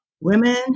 women